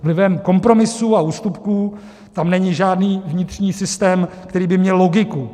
Vlivem kompromisů a ústupků tam není žádný vnitřní systém, který by měl logiku.